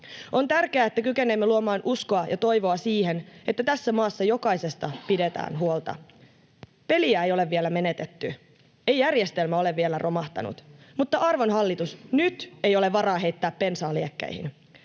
On tärkeää, että kykenemme luomaan uskoa ja toivoa siihen, että tässä maassa jokaisesta pidetään huolta. Peliä ei ole vielä menetetty. Ei järjestelmä ole vielä romahtanut, mutta, arvon hallitus, nyt ei ole varaa heittää bensaa liekkeihin.